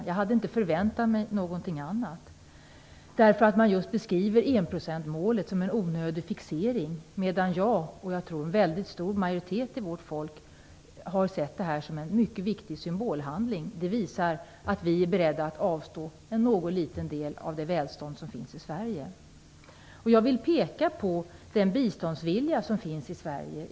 Jag hade inte förväntat mig någonting annat av dem, därför att de beskriver just enprocentsmålet som en onödig fixering. Däremot har jag och, som jag tror, en väldigt stor majoritet av vårt folk har sett detta som en mycket viktig symbolfråga. Det visar att vi är beredda att avstå från en liten del av det välstånd som finns i Sverige. Jag vill peka på den biståndsvilja som finns i Sverige.